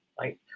right